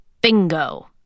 Bingo